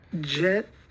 Jet